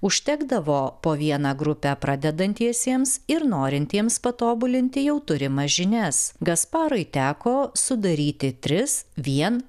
užtekdavo po vieną grupę pradedantiesiems ir norintiems patobulinti jau turimas žinias gasparui teko sudaryti tris vien